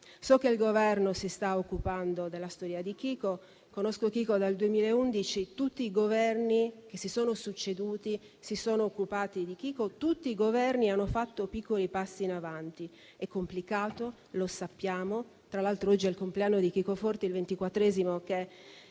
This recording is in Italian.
So che il Governo si sta occupando della storia di Chico. Conosco Chico dal 2011 e tutti i Governi che si sono succeduti si sono occupati di lui. Tutti i Governi hanno fatto piccoli passi in avanti. È complicato, e lo sappiamo. Tra l'altro, oggi è il compleanno di Chico Forti, il ventiquattresimo che